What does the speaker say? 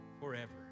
forever